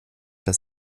dass